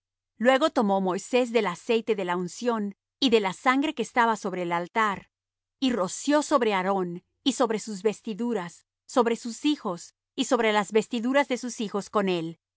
luego tomó moisés del aceite de la unción y de la sangre que estaba sobre el altar y roció sobre aarón y sobre sus vestiduras sobre sus hijos y sobre las vestiduras de sus hijos con él